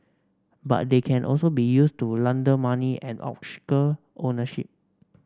but they can also be used to launder money and obscure ownership